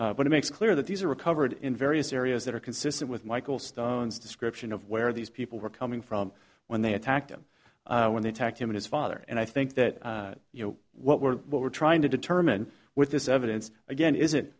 but it makes clear that these are recovered in various areas that are consistent with michael stone's description of where these people were coming from when they attacked him when they attacked him and his father and i think that you know what we're what we're trying to determine with this evidence again is it